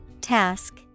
Task